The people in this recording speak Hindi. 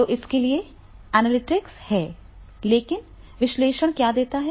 तो इसलिए एनालिटिक्स है लेकिन विश्लेषण क्या देता है